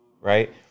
Right